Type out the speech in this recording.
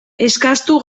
eskastu